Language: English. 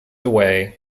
away